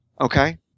Okay